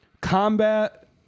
combat